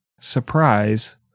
surprise